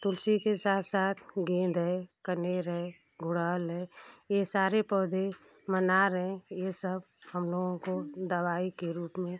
तुलसी के साथ साथ गेंद है कनेर है गुड़हल है ये सारे पौधे मनार हैं ये सब हम लोगों को दवाई के रूप में